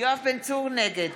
נגד